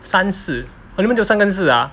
三四 oh 你们只有三跟四 ah